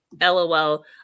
LOL